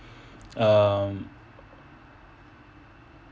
um